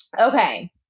Okay